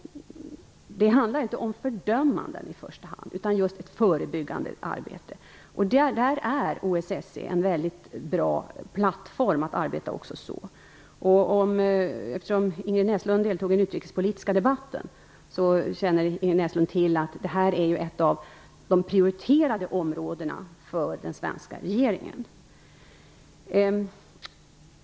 Det handlar inte i första hand om fördömanden, utan just om ett förebyggande arbete. Där är OSSE en väldigt bra plattform. Eftersom Ingrid Näslund deltog i den utrikespolitiska debatten så känner hon till att detta är ett av de prioriterade områdena för den svenska regeringen.